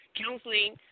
counseling